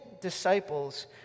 disciples